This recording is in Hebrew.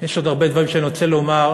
יש עוד הרבה דברים שאני רוצה לומר,